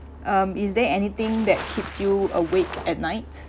um is there anything that keeps you awake at night